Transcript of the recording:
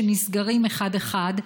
שנסגרים אחד-אחד,